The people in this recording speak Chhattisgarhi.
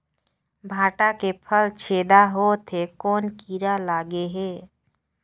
भांटा के फल छेदा होत हे कौन कीरा लगे हे?